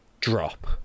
drop